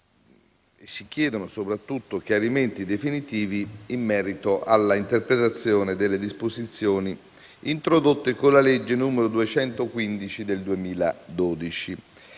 si chiedono chiarimenti definitivi in merito all'interpretazione delle disposizioni introdotte con la legge n. 215 del 2012,